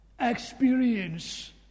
Experience